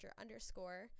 underscore